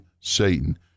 Satan